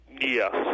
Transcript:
Yes